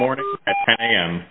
morning i am